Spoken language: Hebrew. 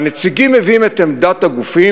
הנציגים מביאים את עמדת הגופים,